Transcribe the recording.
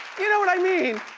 you know what i mean?